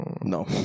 no